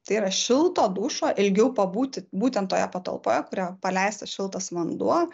tai yra šilto dušo ilgiau pabūti būtent toje patalpoje kurioje paleistas šiltas vanduo